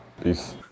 Peace